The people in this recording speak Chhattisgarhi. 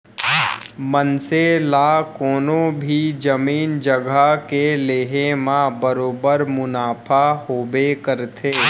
मनसे ला कोनों भी जमीन जघा के लेहे म बरोबर मुनाफा होबे करथे